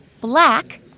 Black